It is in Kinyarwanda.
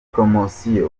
promosiyo